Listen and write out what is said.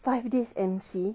five days M_C